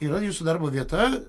yra jūsų darbo vieta